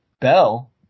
Bell